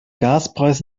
gaspreis